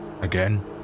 again